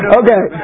okay